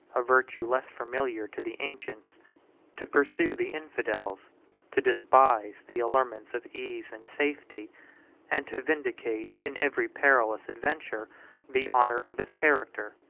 a virtue less familiar to the ancients to pursue the infidels to despise the allurements of ease and safety and to vindicate in every perilous adventure the honor of his character.